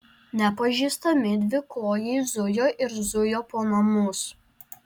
nepažįstami dvikojai zujo ir zujo po namus